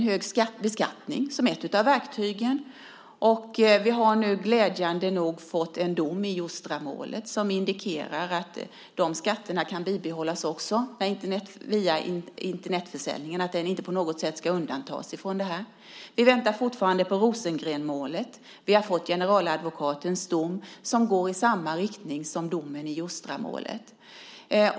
Hög beskattning är också ett verktyg. Glädjande nog har vi nu fått en dom i Joustramålet som indikerar att de skatterna kan behållas, alltså att Internetförsäljningen inte på något sätt ska undantas här. Vi väntar fortfarande på Rosengrenmålet, och vi har fått generaladvokatens dom som går i samma riktning som domen i Joustramålet.